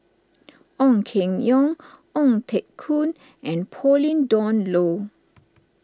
Ong Keng Yong Ong Teng Koon and Pauline Dawn Loh